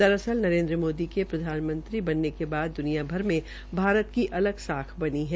दरअसल नरेंद्र मोदी के प्रधानमंत्री बनने के बाद द्वनिया भर में भारत की अलग साख बनी है